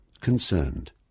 concerned